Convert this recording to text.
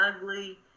ugly